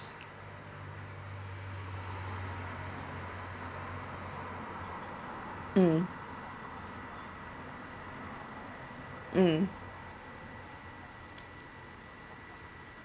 hmm hmm